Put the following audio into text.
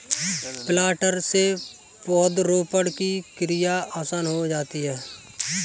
planter से पौधरोपण की क्रिया आसान हो जाती है